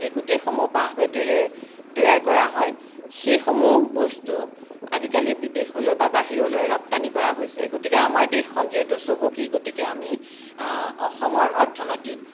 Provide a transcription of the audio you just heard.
এই গোটেইসমূহ বাঁহ বেতেৰে তৈয়াৰ কৰা হয় সেইসমূহ বস্তু আজিকালি বিদেশলৈ বা বাহিৰলৈ ৰপ্তানি কৰা হৈছে গতিকে আমাৰ দেশখন যিহেতু চহকী গতিকে আমি অসমৰ অৰ্থনীতিত